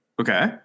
Okay